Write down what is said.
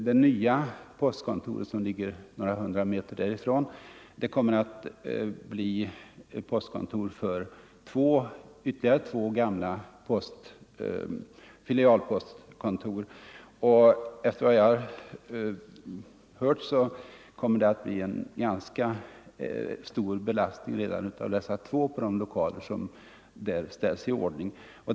Det nya postkontoret som ligger några hundra meter längre bort kommer att ersätta ytterligare två gamla filialpostkontor. Efter vad jag har hört kommer nedläggningen av dessa båda kontor att ensamt medföra en stor belastning på de lokaler som nu ställs i ordning.